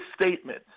statement